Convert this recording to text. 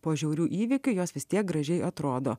po žiaurių įvykių jos vis tiek gražiai atrodo